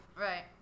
Right